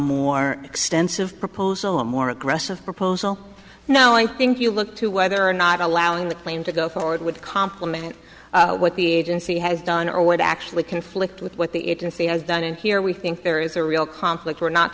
more extensive proposal a more aggressive proposal now i think you look to whether or not allowing the plane to go forward would complement what the agency has done or would actually conflict with what the if he has done in here we think there is a real conflict we're not